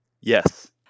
Yes